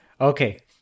Okay